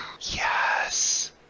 Yes